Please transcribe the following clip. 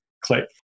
click